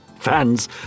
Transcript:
Fans